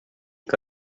que